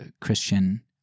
Christian